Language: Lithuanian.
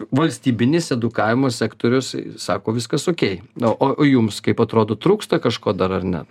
valstybinis edukavimo sektorius sako viskas okei na o o jums kaip atrodo trūksta kažko dar ar ne